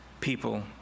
people